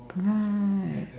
right